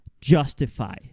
justify